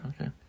Okay